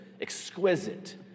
exquisite